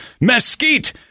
mesquite